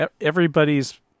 Everybody's